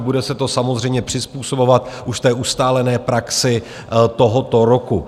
Bude se to samozřejmě přizpůsobovat už ustálené praxi tohoto roku.